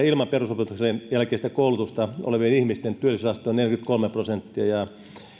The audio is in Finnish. ilman perusopetuksen jälkeistä koulutusta olevien ihmisten työllisyysaste on neljäkymmentäkolme prosenttia ja